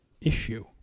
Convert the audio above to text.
issue